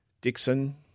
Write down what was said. Dixon